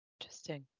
Interesting